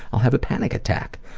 i'll have a panic attack.